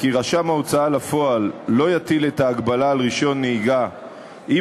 כי רשם ההוצאה לפועל לא יטיל את ההגבלה על רישיון נהיגה אם